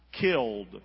killed